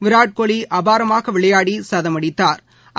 விராட்கோலிஅபாரமாகவிளையாடிசதம் அடித்தாா்